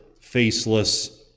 faceless